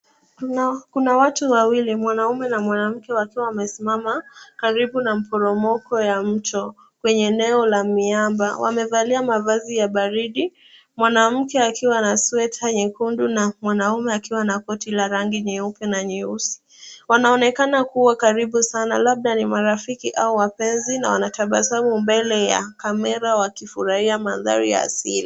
Kuna watu wawili. Mwanaume na mwanamke wakiwa wamesimama karibu na mporomoko ya mto kwenye eneo la miamba. Wamevalia mavazi ya baridi, mwanamke akiwa na sweta nyekundu na mwanaume akiwa na koti la rangi nyeupe na nyeusi. Wanaonekana kuwa karibu sana labda ni marafiki au wapenzi na wanatabasamu mbele ya kamera wakifurahia mandhari ya asili.